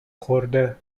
خورده